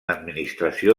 administració